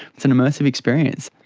it's an immersive experience.